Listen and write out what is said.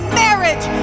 marriage